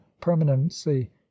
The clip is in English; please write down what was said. permanency